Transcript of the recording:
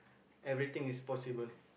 everything is possible